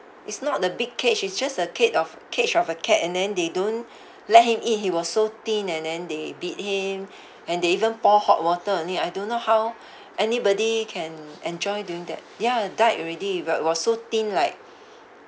it's not a big cage is just a crate of cage of a cat and then they don't let him eat he was so thin and then they beat him and they even pour hot water on him I don't know how anybody can enjoy doing that ya died already but he was so thin like